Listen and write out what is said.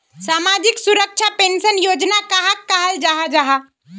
सामाजिक सुरक्षा पेंशन योजना कहाक कहाल जाहा जाहा?